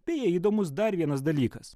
beje įdomus dar vienas dalykas